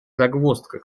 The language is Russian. загвоздка